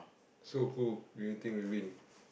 so who do you think will win